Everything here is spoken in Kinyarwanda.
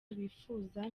bifuza